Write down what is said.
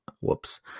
whoops